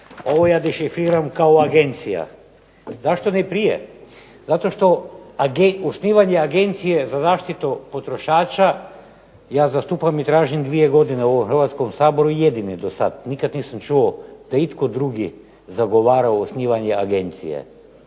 Ovo ja dešifriram kao agencija. Zašto ne prije? Zato što osnivanje agencije za zaštitu potrošača ja zastupam i tražim dvije godine ovdje u Hrvatskom saboru jedini do sada i nikada nisam čuo da itko drugi zagovara osnivanje agencije.